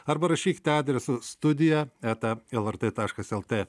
arba rašykite adresu studija eta lrt taškas lt